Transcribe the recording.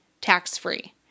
tax-free